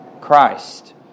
Christ